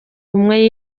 kumwe